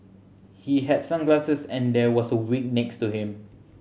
he had sunglasses and there was a wig next to him